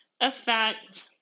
affect